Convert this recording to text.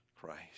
Christ